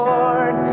Lord